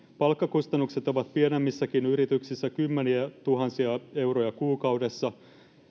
palkkakustannukset ovat pienemmässäkin yrityksessä kymmeniätuhansia euroja kuukaudessa